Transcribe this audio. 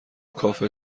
کافه